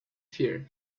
fear